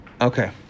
Okay